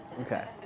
Okay